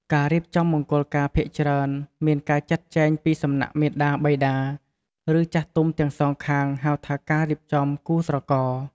ការរៀបចំមង្គលការភាគច្រើនមានការចាត់ចែងពីសំណាក់មាតាបិតា ឬចាស់ទុំទាំងសងខាង ហៅថាការរៀបចំគូស្រករ។